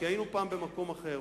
כי היינו פעם במקום אחר,